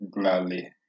gladly